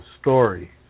story